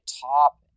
top